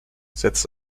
setzt